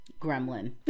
gremlin